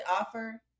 offer